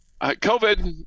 COVID